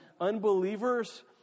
unbelievers